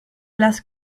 las